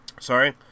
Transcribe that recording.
Sorry